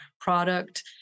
product